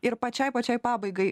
ir pačiai pačiai pabaigai